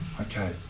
Okay